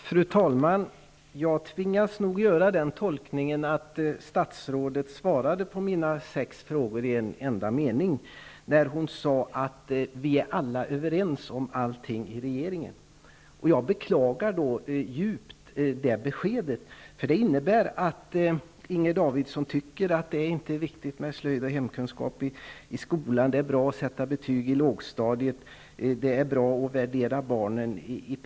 Fru talman! Jag tvingas göra den tolkningen att statsrådet svarade på mina sex frågor i en enda mening, när hon sade: Vi är alla överens om allting i regeringen. Jag beklagar djupt det beskedet. Det innebär att Inger Davidson tycker att det inte är viktigt med slöjd och hemkunskap i skolan, att det är bra att sätta betyg i lågstadiet, att det är bra att värdera barn i pengar.